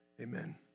amen